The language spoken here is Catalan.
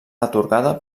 atorgada